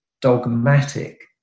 dogmatic